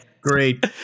great